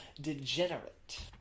Degenerate